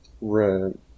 Right